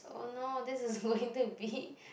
oh no this is going to be